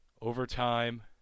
Overtime